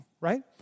right